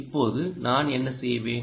இப்போது நான் என்ன செய்வேன்